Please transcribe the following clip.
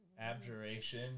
Abjuration